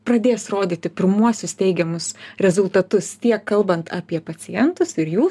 pradės rodyti pirmuosius teigiamus rezultatus tiek kalbant apie pacientus ir jų